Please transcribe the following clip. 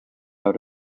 out